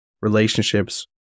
relationships